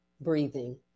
breathing